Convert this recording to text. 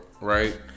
right